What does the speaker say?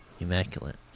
Immaculate